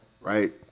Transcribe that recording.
right